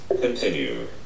Continue